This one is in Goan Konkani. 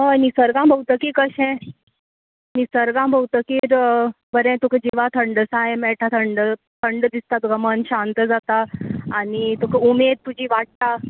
हय निसर्गां भोंवतकी कशें निसर्गां भोंवतकीत बरें तुका जिवा थंडसाय मेळटा थंड थंड दिसता तुका मन शांत जाता आनी तुका उमेद तुजी वाडटा